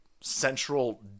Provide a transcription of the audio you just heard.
central